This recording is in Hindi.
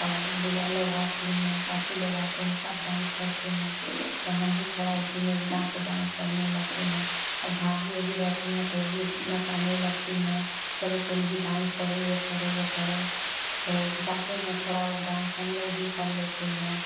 और बुआ लोग आती हैं चाची लोग आते हैं सब डांस करते हैं तो हम भी थोड़ा उसी में जा कर डांस करने लगते हैं और भाभी वोभी रहती हैं तो वो भी नचाने लगती हैं चलो तुम भी डांस करो ये करो वो करो तो जाते हैं थोड़ा डांस हम लोग भी कर लेते हैं